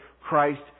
Christ